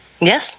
Yes